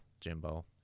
Jimbo